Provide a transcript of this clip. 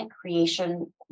creation